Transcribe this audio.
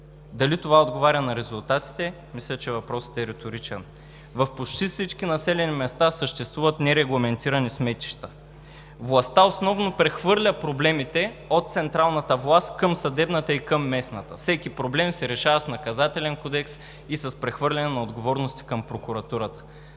Дали това отговаря на резултатите? Мисля, че въпросът е реторичен. В почти всички населени места съществуват нерегламентирани сметища. Властта основно прехвърля проблемите от централната власт към съдебната и към местната – всеки проблем се решава с Наказателен кодекс и с прехвърляне на отговорности към прокуратурата.